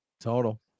Total